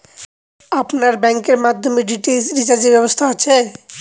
আপনার ব্যাংকের মাধ্যমে ডি.টি.এইচ রিচার্জের ব্যবস্থা আছে?